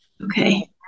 Okay